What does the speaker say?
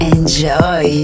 Enjoy